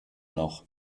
noch